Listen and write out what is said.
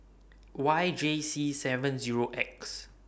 Y J C seven Zero X